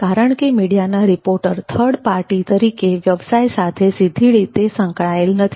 કારણ કે મીડિયાના રિપોર્ટર થર્ડ પાર્ટી તરીકે વ્યવસાય સાથે સીધી રીતે સંકળાયેલા નથી